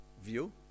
view